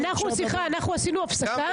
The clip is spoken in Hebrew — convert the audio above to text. סליחה, אנחנו עשינו הפסקה?